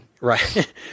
Right